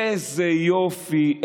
איזה יופי,